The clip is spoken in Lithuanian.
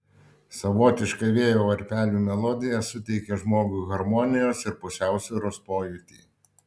savotiška vėjo varpelių melodija suteikia žmogui harmonijos ir pusiausvyros pojūtį